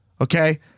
Okay